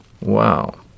Wow